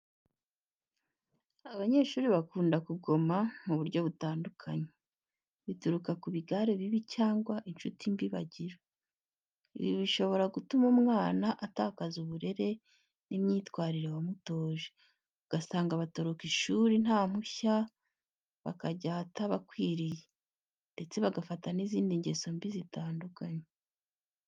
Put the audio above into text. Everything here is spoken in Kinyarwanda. Abanyeshuri, bakunda kugomana mu buryo butandukanye, bituruka ku bigare bibi cyangwa inshuti mbi bagira. Ibi bishobora gutuma umwana atakaza uburere n’imyitwarire wamutoje, ugasanga batoroka ishuri nta mpushya bakajya ahatabakwiriye, ndetse bagafata n’izindi ngeso mbi zitandukanye.